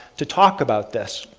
to talk about this,